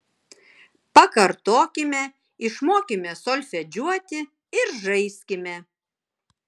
pakartokime išmokime solfedžiuoti ir žaiskime